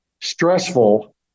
stressful